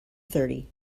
thirty